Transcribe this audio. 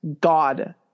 god